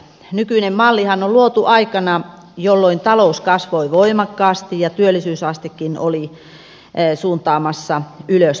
nykyinen mallihan on luotu aikana jolloin talous kasvoi voimakkaasti ja työllisyysastekin oli suuntaamassa ylöspäin